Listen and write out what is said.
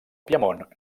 piemont